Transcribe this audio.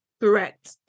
Correct